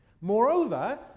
Moreover